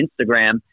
Instagram